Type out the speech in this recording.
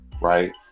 right